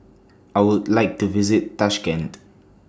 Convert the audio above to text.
I Would like to visit Tashkent